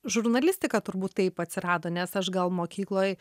žurnalistika turbūt taip atsirado nes aš gal mokykloj